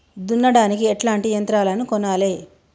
దున్నడానికి ఎట్లాంటి యంత్రాలను కొనాలే?